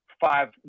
five